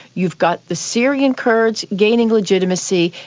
you've got the syrian kurds gaining legitimacy.